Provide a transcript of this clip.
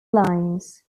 lines